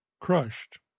crushed